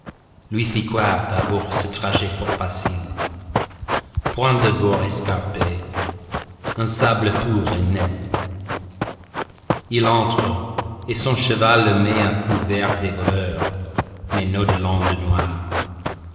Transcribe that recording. lui fit croire d'abord ce trajet fort facile point de bords escarpés un sable pur et net il entre et son cheval le met à couvert des voleurs mais non de l'onde noire